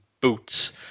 boots